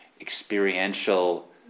experiential